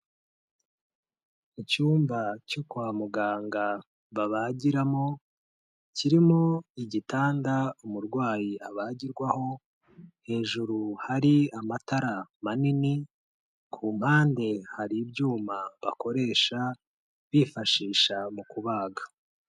Icyumba cyo kwa muganga babagiramo, kirimo igitanda umurwayi abagirwaho, hejuru hari amatara manini, ku mpande hari ibyuma bakoresha, bifashisha mu kubaga.